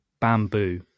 bamboo